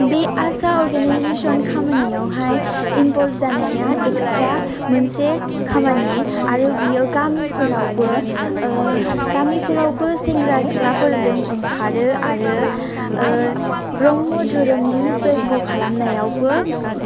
बे आसा अर्गानाइजेसन खामानियावहाय इनब'ल्ब जानाया एक्सट्रा मोनसे खामानि आरो बियो गामिफोरावबो गामिफोरावबो सेंग्रा सिख्लाफोरजों ओंखारो आरो ब्रम्ह दोरोमनि जयग' खालामनायावबो